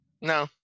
No